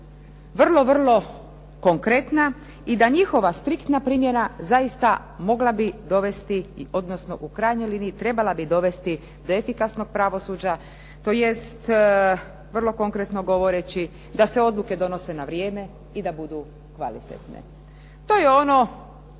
predlažu vrlo konkretna i da njihova striktna primjena u krajnjoj liniji trebala bi dovesti do efikasnog pravosuđa, tj. Konkretno govoreći da se odluke donose na vrijeme i da budu kvalitetne. To je ono